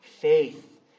faith